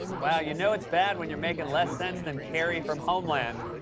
wow, you know it's bad when you're making less sense than carrie from homeland.